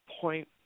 point